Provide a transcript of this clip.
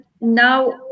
now